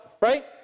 right